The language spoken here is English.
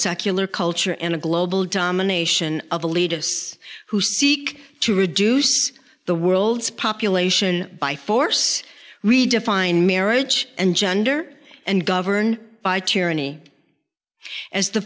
secular culture and a global domination of the lead us who seek to reduce the world's population by force redefine marriage and gender and govern by tyranny as the